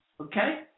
Okay